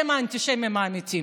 אתם האנטישמים האמיתיים.